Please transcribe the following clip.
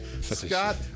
Scott